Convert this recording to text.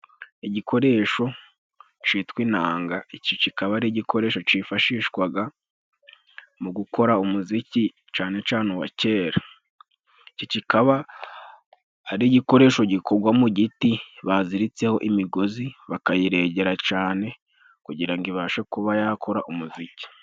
Igikoresho citwa inanga, iki kikaba ari igikoresho cifashishwaga mu gukora umuziki cane cane uwa kera. Iki kikaba ari igikoresho gikogwa mu giti baziritseho imigozi, bakayiregera cane kugirango ibashe kuba yakora umuziki.